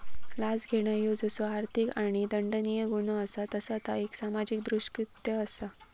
लाच घेणा ह्यो जसो आर्थिक आणि दंडनीय गुन्हो असा तसा ता एक सामाजिक दृष्कृत्य असा